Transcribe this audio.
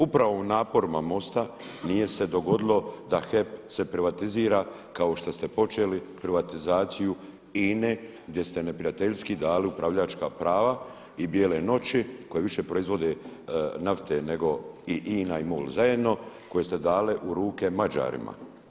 Upravo u naporima MOST-a nije se dogodilo da HEP se privatizira kao što ste počeli privatizaciju INA-e gdje ste neprijateljski dali upravljačka prava i bijele noći koje više proizvode nafte nego i INA i MOL zajedno koje ste dali u ruku Mađarima.